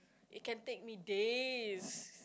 it can take me days